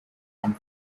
and